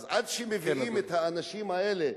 אז עד שמביאים את האנשים האלה,